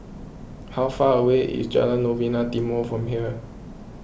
how far away is Jalan Novena Timor from here